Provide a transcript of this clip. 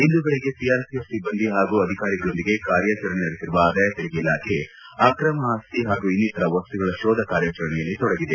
ಇಂದು ಬೆಳಗ್ಗೆ ಸಿಆರ್ಪಿಎಫ್ ಸಿಬ್ಬಂದಿ ಹಾಗೂ ಅಧಿಕಾರಿಗಳೊಂದಿಗೆ ಕಾರ್ಯಾಚರಣೆ ನಡೆಸಿರುವ ಆದಾಯ ತೆರಿಗೆ ಇಲಾಖೆ ಅಕ್ರಮ ಆಸ್ತಿ ಹಾಗೂ ಇನ್ನಿತರ ವಸ್ತುಗಳ ಶೋಧ ಕಾರ್ಯಾಚರಣೆಯಲ್ಲಿ ತೊಡಗಿದೆ